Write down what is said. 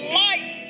life